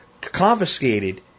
confiscated